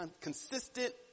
consistent